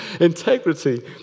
Integrity